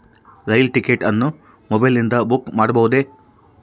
ರೈಲು ticket ಅನ್ನು ಮೊಬೈಲಿಂದ book ಮಾಡಬಹುದೆ?